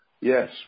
Yes